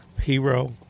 hero